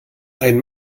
ein